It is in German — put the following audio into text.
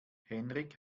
henrik